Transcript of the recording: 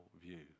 view